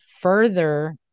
further